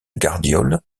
gardiole